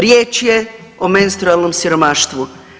Riječ je o menstrualnom siromaštvu.